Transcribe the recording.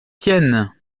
tiennes